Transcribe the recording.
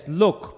look